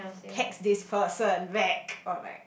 text this person that or like